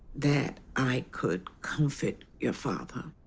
that i could comfort your father,